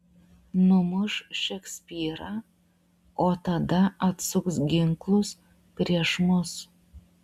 numuš šekspyrą o tada atsuks ginklus prieš mus